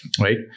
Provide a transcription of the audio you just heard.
right